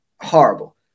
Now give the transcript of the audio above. Horrible